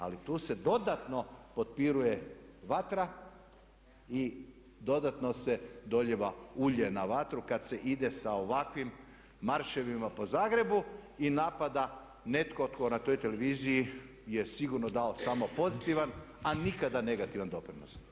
Ali tu se dodatno potpiruje vatra i dodatno se dolijeva ulje na vatru kad se ide sa ovakvim marševima po Zagrebu i napada netko tko na toj televiziji je sigurno dao samo pozitivan, a nikada negativan doprinos.